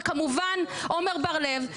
וכמובן עומר בר לב,